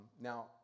Now